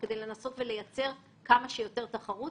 כדי לנסות ולייצר כמה שיותר תחרות.